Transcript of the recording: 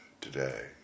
today